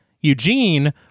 Eugene